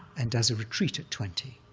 and does a retreat at twante,